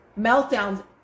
meltdowns